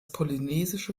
polynesische